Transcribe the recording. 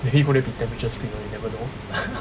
maybe you go there be temperature screener you never know